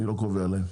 אני לא קובע להם.